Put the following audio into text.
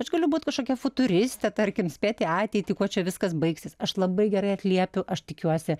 aš galiu būt kažkokia futuristė tarkim spėti ateitį kuo čia viskas baigsis aš labai gerai atliepiu aš tikiuosi